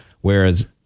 whereas